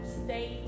stay